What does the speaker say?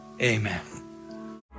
amen